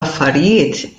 affarijiet